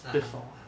ah ah